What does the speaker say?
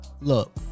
look